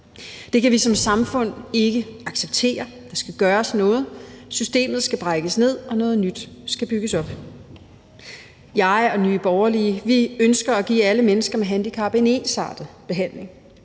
Det kan vi som samfund ikke acceptere. Der skal gøres noget; systemet skal brækkes ned, og noget nyt skal bygges op. Jeg og Nye Borgerlige ønsker at give alle mennesker med handicap en ensartet behandling.